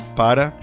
para